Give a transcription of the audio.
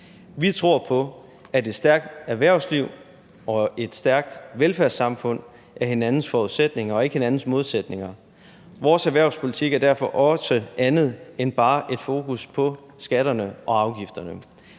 Vi tror på, at et stærkt erhvervsliv og et stærkt velfærdssamfund er hinandens forudsætninger og ikke hinandens modsætninger. Vores erhvervspolitik er derfor også andet end bare et fokus på skatterne og afgifterne.